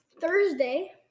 Thursday